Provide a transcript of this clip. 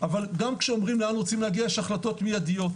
אבל גם כשאומרים לאן רוצים להגיע יש החלטות מידיות.